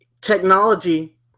technology